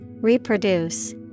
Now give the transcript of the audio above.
Reproduce